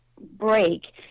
break